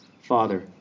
Father